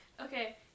okay